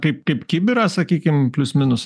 kaip kaip kibirą sakykim plius minus